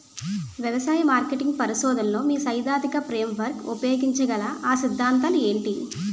వ్యవసాయ మార్కెటింగ్ పరిశోధనలో మీ సైదాంతిక ఫ్రేమ్వర్క్ ఉపయోగించగల అ సిద్ధాంతాలు ఏంటి?